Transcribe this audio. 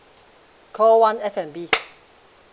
call one f and b